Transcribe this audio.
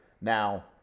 Now